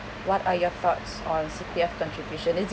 what are your thoughts on C_P_F contribution is it